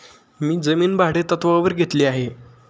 मी जमीन भाडेतत्त्वावर घेतली आहे